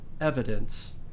evidence